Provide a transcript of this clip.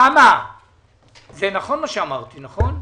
הישיבה ננעלה